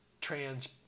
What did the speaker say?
trans